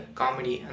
comedy